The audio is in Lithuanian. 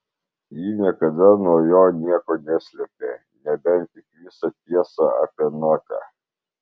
ji niekada nuo jo nieko neslėpė nebent tik visą tiesą apie notę